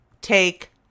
take